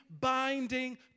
binding